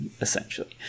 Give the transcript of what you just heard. essentially